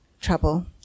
trouble